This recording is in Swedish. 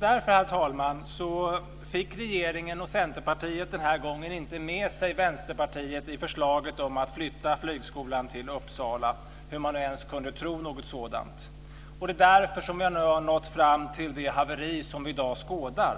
Därför, herr talman, fick regeringen och Centerpartiet den här gången inte med sig Vänsterpartiet på förslaget om att flytta flygskolan till Uppsala, hur man nu ens kunde tro något sådant. Det är därför vi nu har nått fram till det haveri som vi i dag skådar.